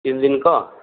तिन दिनको